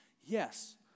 Yes